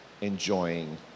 enjoying